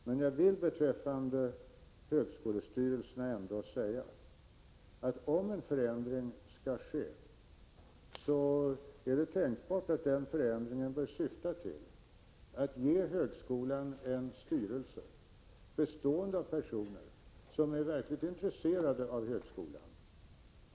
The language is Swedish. Men jag vill beträffande högskolestyrelserna ändå säga att om en förändring skall ske, så är det tänkbart att den bör syfta till att ge högskolan en styrelse bestående av personer som är verkligt intresserade av högskolan.